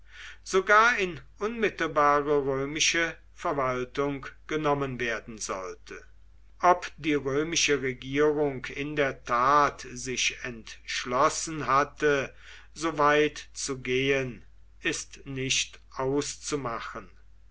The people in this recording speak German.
sogar in unmittelbare römische verwaltung genommen werden sollte ob die römische regierung in der tat sich entschlossen hatte so weit zu gehen ist nicht auszumachen